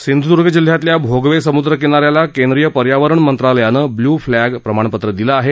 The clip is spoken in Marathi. सिंधुद्दर्ग जिल्ह्यातल्या भोगवे समुद्रकिनाऱ्याला केंद्रीय पर्यावरण मंत्रालयानं ब्ल्य् फ्लशा प्रमाणपत्र दिलं आहे